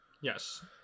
Yes